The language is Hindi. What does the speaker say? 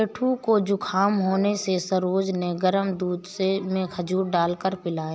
सेठू को जुखाम होने से सरोज ने गर्म दूध में खजूर डालकर पिलाया